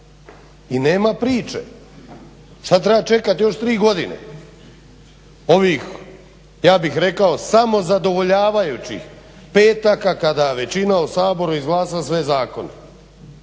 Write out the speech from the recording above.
i nema priče. Šta treba čekati još 3 godine? Ovih, ja bih rekao samozadovoljavajućih petaka kada većina u Saboru izglasa sve zakone.